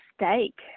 mistake